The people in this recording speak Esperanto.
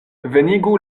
venigu